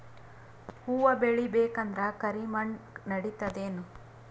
ಹುವ ಬೇಳಿ ಬೇಕಂದ್ರ ಕರಿಮಣ್ ನಡಿತದೇನು?